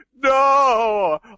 no